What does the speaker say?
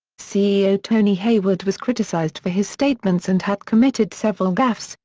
ceo tony hayward was criticised for his statements and had committed several gaffes,